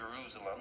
Jerusalem